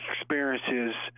experiences